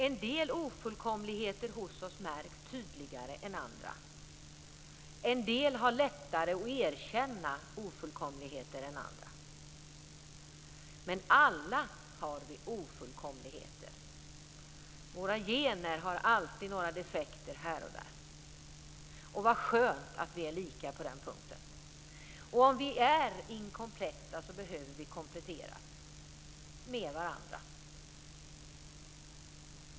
En del ofullkomligheter hos oss märks tydligare än andra. En del har lättare att erkänna ofullkomligheter än andra, men alla har vi ofullkomligheter. Våra gener har alltid några defekter här och där. Vad skönt att vi är lika på den punkten. Om vi är inkompletta så behöver vi kompletteras med varandra.